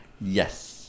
Yes